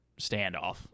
standoff